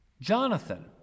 Jonathan